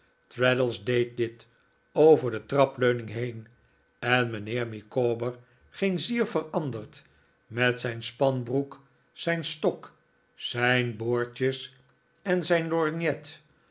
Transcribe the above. traddles deed dit over de trapleuning heen en mijnheer micawber geen zier veranderd met zijn spanbroek zijn stok zijn boordjes en zijn lorgnet